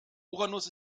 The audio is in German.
uranus